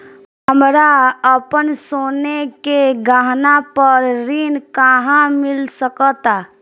हमरा अपन सोने के गहना पर ऋण कहां मिल सकता?